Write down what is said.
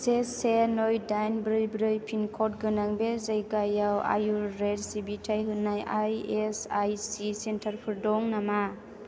से से नै दाइन ब्रै ब्रै पिनकड गोनां बे जायगायाव आयुरे सिबिथाय होनाय आइएसआइसि सेन्टारफोर दं नामा